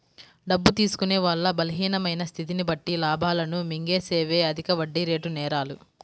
డబ్బు తీసుకునే వాళ్ళ బలహీనమైన స్థితిని బట్టి లాభాలను మింగేసేవే అధిక వడ్డీరేటు నేరాలు